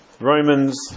Romans